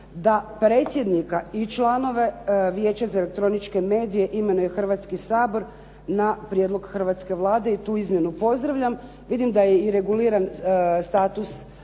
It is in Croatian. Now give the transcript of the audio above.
da predsjednika i članove Vijeća za elektroničke medije imenuje Hrvatski sabor na prijedlog hrvatske Vlade i tu izmjenu pozdravljam. Vidim da je i reguliran status članova